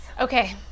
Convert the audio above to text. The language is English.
Okay